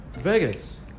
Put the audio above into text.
vegas